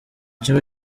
kiba